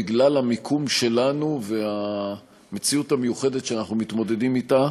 בגלל המיקום שלנו והמציאות המיוחדת שאנחנו מתמודדים אתה,